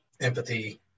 empathy